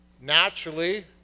naturally